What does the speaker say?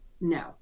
no